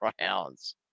rounds